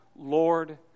Lord